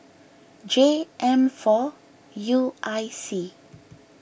J M four U I C